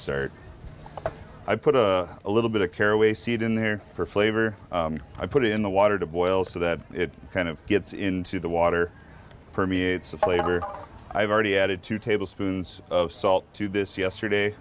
start i put a little bit of caraway seeds in there for flavor i put it in the water to boil so that it kind of gets into the water permeates a flavor i've already added two tablespoons of salt to this yesterday